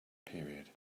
period